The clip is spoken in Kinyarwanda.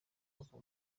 havuka